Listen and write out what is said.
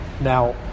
Now